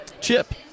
Chip